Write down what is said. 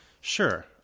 Sure